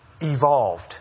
Evolved